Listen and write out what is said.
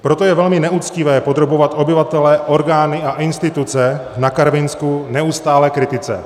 Proto je velmi neuctivé podrobovat obyvatele, orgány a instituce na Karvinsku neustálé kritice.